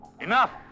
Enough